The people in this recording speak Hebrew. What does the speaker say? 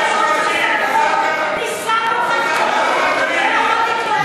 אני חושב שחובה עלייך להתנצל.